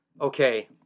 Okay